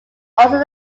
also